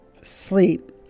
sleep